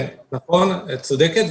נכון, את צודקת.